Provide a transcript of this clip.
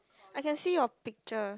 I can see your picture